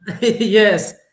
yes